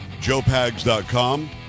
JoePags.com